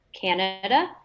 Canada